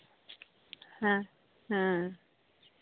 ᱦᱮᱸ ᱦᱮᱸ